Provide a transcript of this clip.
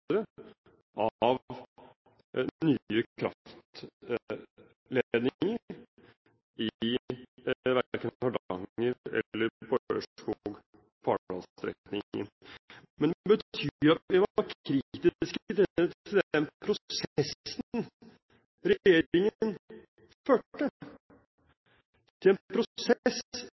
av nye kraftledninger verken i Hardanger eller på Ørskog–Fardal-strekningen. Men det betyr at vi var kritiske til den prosessen regjeringen førte, til en prosess